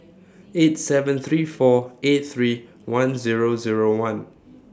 eight seven three four eight three one Zero Zero one